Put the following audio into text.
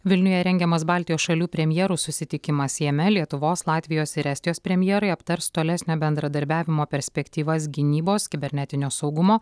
vilniuje rengiamas baltijos šalių premjerų susitikimas jame lietuvos latvijos ir estijos premjerai aptars tolesnio bendradarbiavimo perspektyvas gynybos kibernetinio saugumo